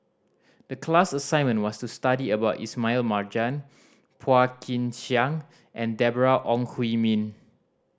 the class assignment was to study about Ismail Marjan Phua Kin Siang and Deborah Ong Hui Min